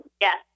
Yes